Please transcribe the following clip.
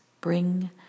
Bring